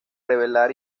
revelar